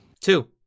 Two